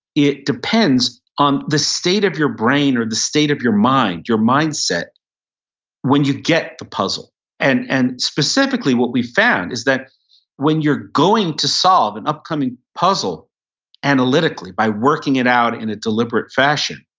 it depends on the state of your brain or the state of your mind, your mindset when you get the puzzle and and specifically, what we found is that when you're going to solve an upcoming puzzle analytically by working it out in a deliberate fashion,